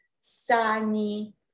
sunny